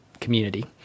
community